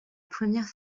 première